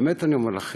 באמת אני אומר לכם: